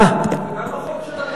וגם החוק של הכנסת.